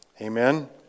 Amen